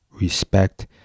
respect